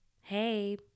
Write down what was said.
Hey